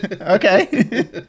Okay